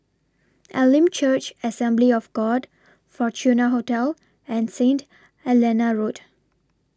Elim Church Assembly of God Fortuna Hotel and Saint Helena Road